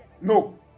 No